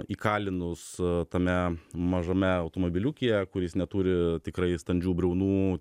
įkalinus tame mažame automobiliukyje kuris neturi tikrai standžių briaunų